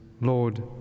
Lord